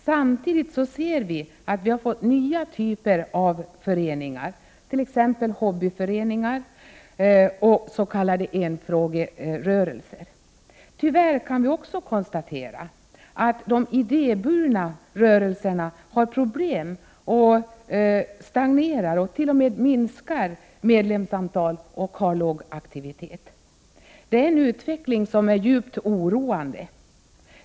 Samtidigt ser vi att vi har fått nya typer av föreningar, t.ex. hobbyföreningar och s.k. enfrågerörelser. Vi kan tyvärr också konstatera att de idéburna rörelserna har problem med stagnerat eller till och med minskat medlemstal och låg aktivitet. Det är en utveckling som är djupt oroande.